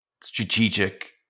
strategic